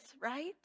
right